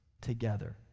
together